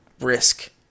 risk